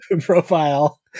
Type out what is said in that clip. profile